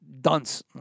dunce